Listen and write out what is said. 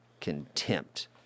contempt